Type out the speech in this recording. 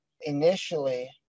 initially